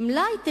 מלאי תכנון,